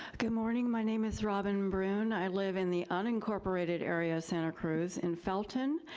good morning, my name is robin broon. i live in the unincorporated area of santa cruz in felton.